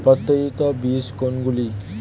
প্রত্যায়িত বীজ কোনগুলি?